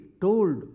told